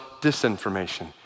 disinformation